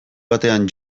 batean